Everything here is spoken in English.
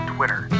Twitter